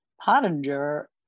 Pottinger